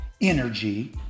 energy